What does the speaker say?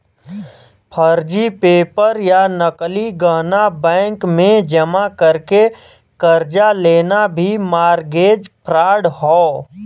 फर्जी पेपर या नकली गहना बैंक में जमा करके कर्जा लेना भी मारगेज फ्राड हौ